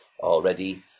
already